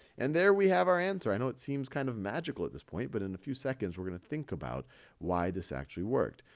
and there we have our answer. i know it seems kind of magical at this point. but in a few seconds, we're going to think about why this actually worked.